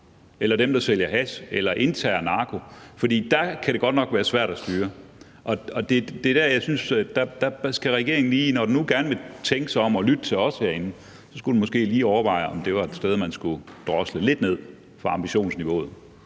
eller dem, der sælger hash eller indtager narko, for der kan det godt nok være svært at styre. Det er der, jeg synes, at regeringen måske lige, når den nu gerne vil tænke sig om og lytte til os herinde, skulle overveje, om det var et sted, man skulle drosle lidt ned for ambitionsniveauet.